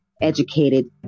educated